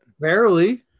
Barely